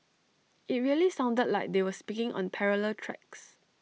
IT really sounded like they were speaking on parallel tracks